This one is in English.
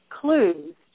clues